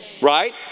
right